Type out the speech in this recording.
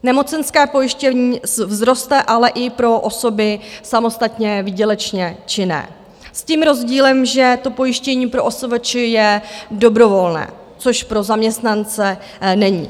Nemocenské pojištění vzroste ale i pro osoby samostatně výdělečně činné s tím rozdílem, že to pojištění pro OSVČ je dobrovolné, což pro zaměstnance není.